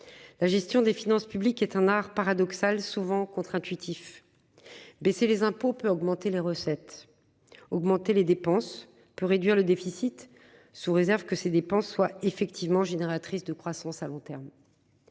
La gestion des finances publiques est un art paradoxal souvent contre-intuitif. Baisser les impôts peut augmenter les recettes. Augmenter les dépenses pour réduire le déficit, sous réserve que ces dépenses soient effectivement génératrice de croissance à long terme.